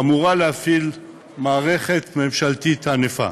אמורה להפעיל מערכת ממשלתית ענפה,